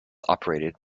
operated